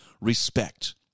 respect